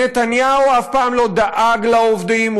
נתניהו אף פעם לא דאג לעובדים,